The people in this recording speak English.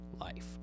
life